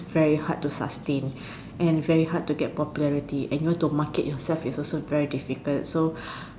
very hard to sustain and very hard to get popularity and you want to market yourself is also very difficult so